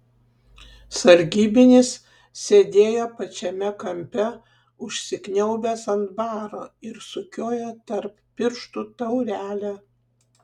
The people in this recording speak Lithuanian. sargybinis sėdėjo pačiame kampe užsikniaubęs ant baro ir sukiojo tarp pirštų taurelę